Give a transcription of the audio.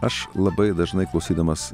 aš labai dažnai klausydamas